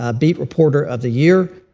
ah beat reporter of the year.